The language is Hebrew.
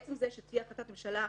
עצם זה שתהיה החלטת ממשלה,